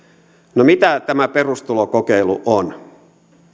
no mitä tämä perustulokokeilu on